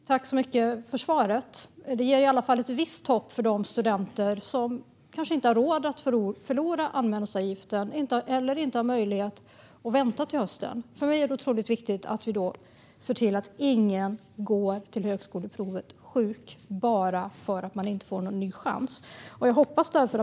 Fru talman! Tack så mycket för svaret, ministern! Det ger i alla fall ett visst hopp för de studenter som kanske inte har råd att förlora anmälningsavgiften eller inte har möjlighet att vänta till hösten. För mig är det otroligt viktigt att vi ser till att ingen går till högskoleprovet sjuk bara för att man inte får en ny chans.